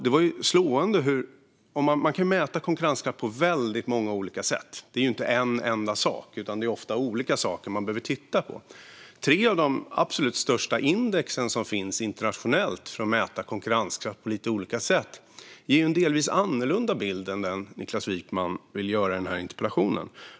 Man kan mäta konkurrenskraft på många olika sätt; det är ju inte en enda sak, utan man behöver ofta titta på olika saker. Tre av de absolut största index som finns internationellt för att mäta konkurrenskraft på lite olika sätt ger en delvis annorlunda bild än den som Niklas Wykman vill ge i den här interpellationen.